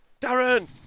Darren